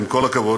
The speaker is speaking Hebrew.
עם כל הכבוד,